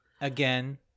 Again